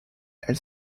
elle